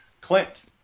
Clint